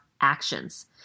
actions